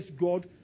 God